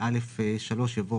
יימחק.